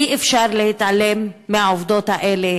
אי-אפשר להתעלם מהעובדות האלה.